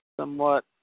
somewhat